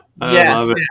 Yes